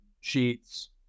sheets